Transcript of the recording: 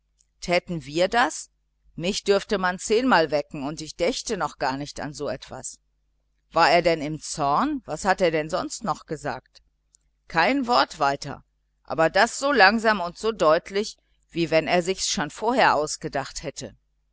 täten wir das mich dürfte man zehnmal wecken und ich dächte noch gar nicht an so etwas war er denn im zorn was hat er denn sonst noch gesagt kein wort weiter aber das so langsam und deutlich wie wenn er sich's schon vorher ausgedacht hätte